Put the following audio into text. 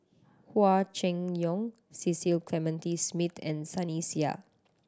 Hua Chai Yong Cecil Clementi Smith and Sunny Sia